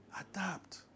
Adapt